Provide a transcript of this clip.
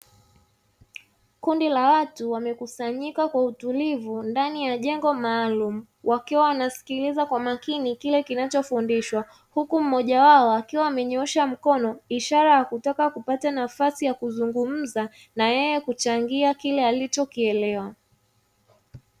Kundi la watu wamekusanyika kwa utulivu ndani ya jengo maalum, wakiwa wanasikiliza kwa makini hicho kinachofundishwa, huku mmoja wao akiwa amenyoosha mkono ishara kutaka kupata nafasi ya kuzungumza naye kuchangia kile alichokielewa.